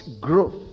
growth